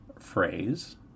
phrase